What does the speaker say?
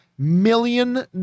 Million